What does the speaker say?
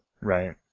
Right